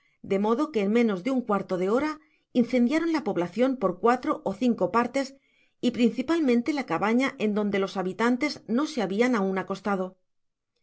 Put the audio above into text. de modo que en menos de un cuarto de hora incendiaron la poblacion por cuatro ó cinco partes y principalmente la cabana en donde los habitantes no se habían aun acostado